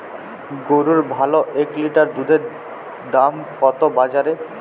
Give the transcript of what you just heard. গরুর ভালো এক লিটার দুধের দাম কত বাজারে?